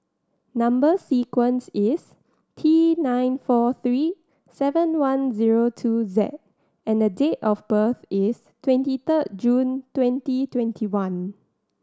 number sequence is T nine four three seven one zero two Z and date of birth is twenty third June twenty twenty one